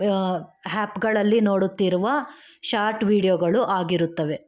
ಹ್ಯಾಪ್ಗಳಲ್ಲಿ ನೋಡುತ್ತಿರುವ ಶಾರ್ಟ್ ವಿಡಿಯೋಗಳು ಆಗಿರುತ್ತವೆ